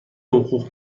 حقوق